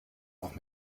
auch